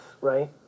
right